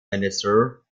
minister